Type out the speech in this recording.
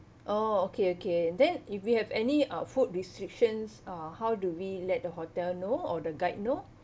oh okay okay then if we have any uh food restrictions uh how do we let the hotel know or the guide know